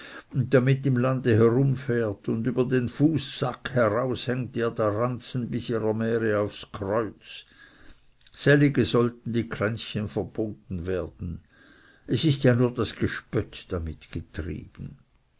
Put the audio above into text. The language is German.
und damit im lande herumfährt und über den fußsack heraus hängt ihr der ranzen bis ihrer mähre aufs kreuz sellige sollten die kränzchen verboten werden es ist ja nur das gespött damit getrieben